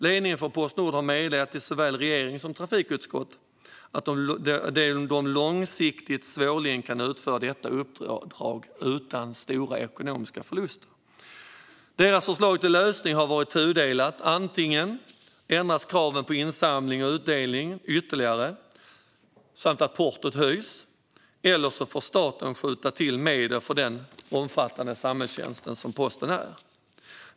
Ledningen för Postnord har meddelat såväl regering som trafikutskott att de långsiktigt svårligen kan utföra detta uppdrag utan stora ekonomiska förluster. Deras förslag till lösning har varit tudelat: antingen ändras kraven på insamling och utdelning ytterligare samt att portot höjs, eller skjuter staten till medel för den samhällsomfattande posttjänsten.